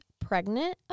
pregnant